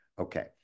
Okay